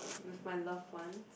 with my loved ones